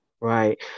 Right